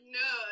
no